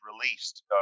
released